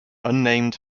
unnamed